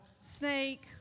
snake